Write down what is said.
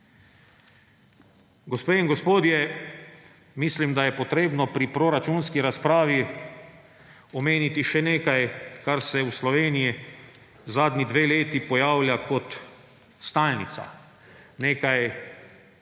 Gospe in gospodje, mislim, da je potrebno pri proračunski razpravi omeniti še nekaj, kar se v Sloveniji zadnji dve leti pojavlja kot stalnica, nekaj,